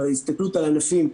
אבל ההסתכלות על הענפים,